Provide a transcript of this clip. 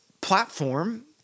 platform